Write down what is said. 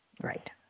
Right